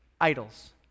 idols